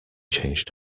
changed